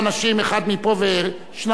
אחד מפה ושניים מפה,